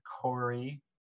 Corey